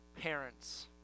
parents